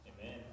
Amen